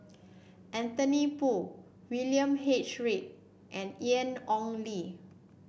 Anthony Poon William H Read and Ian Ong Li